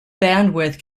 bandwidth